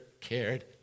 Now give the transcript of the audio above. cared